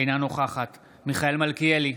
אינה נוכחת מיכאל מלכיאלי,